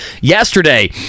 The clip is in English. yesterday